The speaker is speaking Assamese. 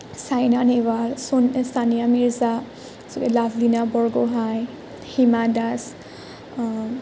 চাইনা নেহৱাল চানিয়া মিৰ্জা লাভলীনা বৰগোহাঁই হিমা দাস